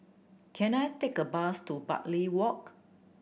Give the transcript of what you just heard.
can I take a bus to Bartley Walk